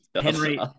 Henry